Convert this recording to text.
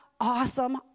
awesome